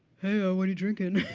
hey, ah, what are you drinking?